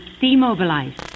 demobilized